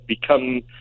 become